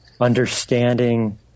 understanding